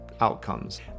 outcomes